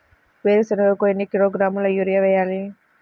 వేరుశనగకు ఎన్ని కిలోగ్రాముల యూరియా వేయాలి?